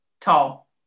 Tall